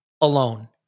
alone